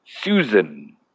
Susan